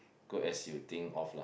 good as you think of lah